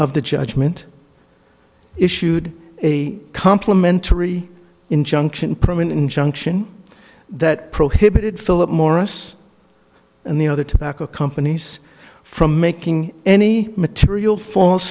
of the judgment issued a complimentary injunction permanent injunction that prohibited philip morris and the other tobacco companies from making any material false